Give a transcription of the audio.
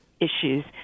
issues